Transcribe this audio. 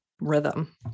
rhythm